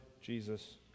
Jesus